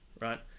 right